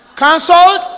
Cancelled